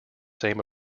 same